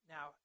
Now